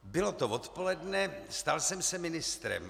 Bylo to odpoledne, stal jsem se ministrem.